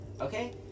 Okay